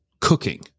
cooking